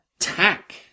attack